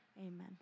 Amen